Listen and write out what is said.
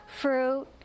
fruit